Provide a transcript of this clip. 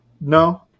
no